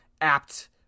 apt